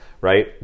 right